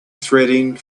threading